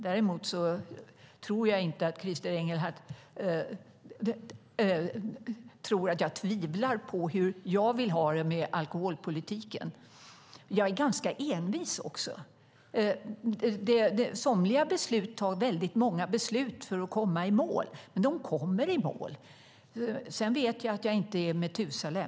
Däremot tror jag inte att Christer Engelhardt tror att jag tvivlar på hur jag vill ha det med alkoholpolitiken. Jag är ganska envis också. Somliga frågor kräver väldigt många beslut för att komma i mål, men de kommer i mål. Sedan vet jag att jag inte är Metusalem.